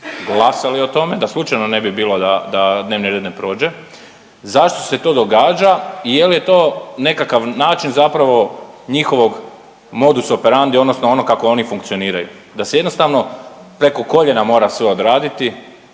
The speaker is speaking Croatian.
glasali o tome da slučajno ne bi bilo da dnevni red ne prođe. Zašto se to događa i je li je to nekakav način zapravo njihovog modus operandi, odnosno ono kako oni funkcioniraju, da se jednostavno preko koljena mora sve odraditi.